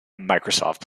microsoft